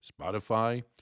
Spotify